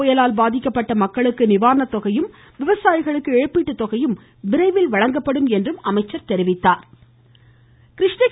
புயலால் பாதிக்கப்பட்ட மக்களுக்கு நிவாரணத் கஜா தொகையும் விவசாயிகளுக்கு இழப்பீட்டு தொகையும் விரைவில் வழங்கப்படும் என்றும் அமைச்சர் கூறினாா்